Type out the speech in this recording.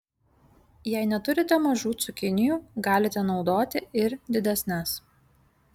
jei neturite mažų cukinijų galite naudoti ir didesnes